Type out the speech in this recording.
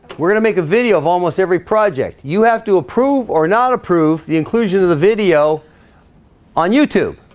we're gonna make a video of almost every project you have to approve or not approve the inclusion of the video on youtube